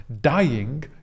dying